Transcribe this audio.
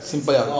simple